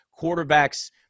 quarterbacks